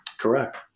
Correct